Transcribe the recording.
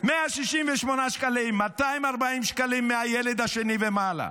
168 שקלים, 240 שקלים מהילד השני ומעלה,